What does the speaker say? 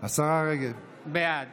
בעד שמחה רוטמן, בעד